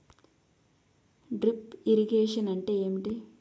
Drip irrigation అంటే ఏమిటి?